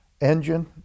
engine